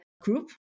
group